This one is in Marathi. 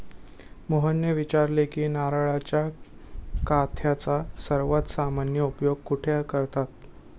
मोहनने विचारले की नारळाच्या काथ्याचा सर्वात सामान्य उपयोग कुठे करतात?